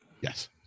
Yes